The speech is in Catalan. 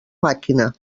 màquina